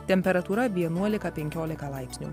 temperatūra vienuolika penkiolika laipsnių